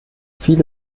viele